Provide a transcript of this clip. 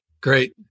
great